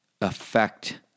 affect